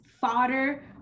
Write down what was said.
fodder